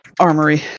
Armory